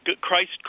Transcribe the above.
Christ